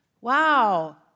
wow